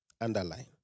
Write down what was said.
underline